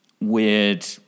weird